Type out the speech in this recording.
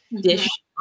dish